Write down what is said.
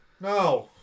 No